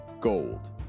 gold